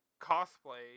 cosplay